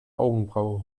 augenbraue